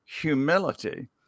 humility